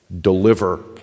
deliver